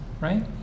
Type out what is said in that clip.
right